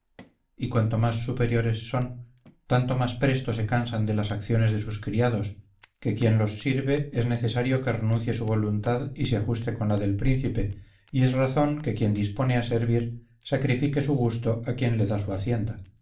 y cuanto más superiores son tanto más presto se cansan de las acciones de sus criados que quien los sirve es necesario que renuncie su voluntad y se ajuste con la del príncipe y es razón que quien se dispone a servir sacrifique su gusto a quien le da su hacienda